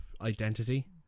identity